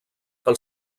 pel